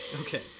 okay